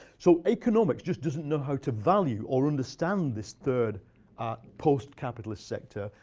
so economics just doesn't know how to value or understand this third post-capitalist sector.